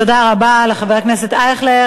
תודה רבה לחבר הכנסת אייכלר.